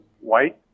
white